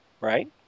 Right